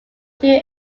two